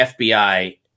FBI